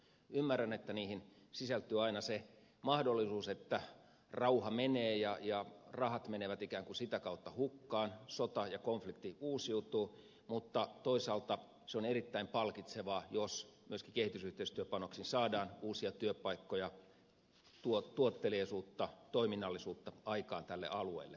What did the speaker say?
ymmärrän että niihin sisältyy aina se mahdollisuus että rauha menee ja rahat menevät ikään kuin sitä kautta hukkaan sota ja konflikti uusiutuu mutta toisaalta se on erittäin palkitsevaa jos myöskin kehitysyhteistyöpanoksin saadaan uusia työpaikkoja tuotteliaisuutta toiminnallisuutta aikaan tälle alueelle